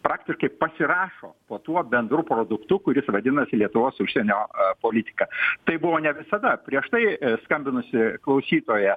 praktiškai pasirašo po tuo bendru produktu kuris vadinasi lietuvos užsienio politika taip buvo ne visada prieš tai skambinusi klausytoja